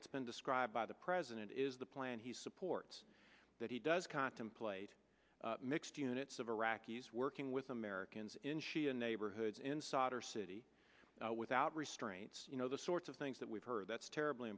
that's been described by the president is the plan he supports that he does contemplate mixed units of iraqis working with americans in shia neighborhoods in soccer city without restraints you know the sorts of things that we've heard that's terribly